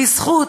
בזכות,